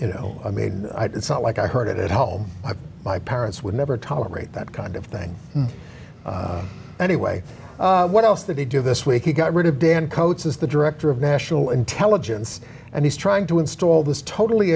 you know i mean it's not like i heard it at home like my parents would never tolerate that kind of thing anyway what else did he do this week he got rid of dan coats is the director of national intelligence and he's trying to install this totally